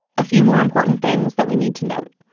a few more important things that we need to note.